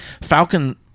Falcon